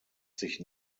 sich